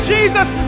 Jesus